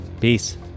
Peace